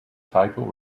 title